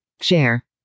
Share